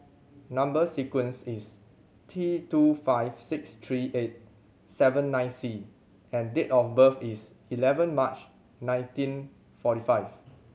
number sequence is T two five six three eight seven nine C and date of birth is eleven March nineteen forty five